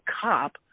cop